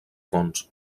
fonts